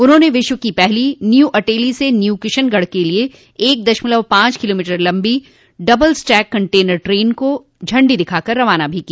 उन्होंने विश्व की पहली न्यू अटेली से न्यू किशनगढ़ के लिए एक दशमलव पांच किलोमीटर लंबी डबल स्टैक कंटेनर ट्रेन को झंडी दिखाकर रवाना भी किया